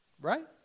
right